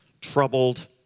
troubled